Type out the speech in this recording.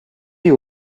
you